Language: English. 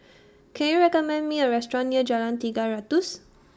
Can YOU recommend Me A Restaurant near Jalan Tiga Ratus